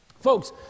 Folks